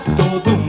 todo